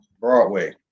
Broadway